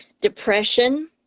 Depression